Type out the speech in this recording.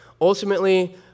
Ultimately